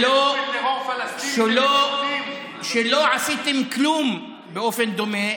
שלא עשיתם כלום באופן דומה